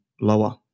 lower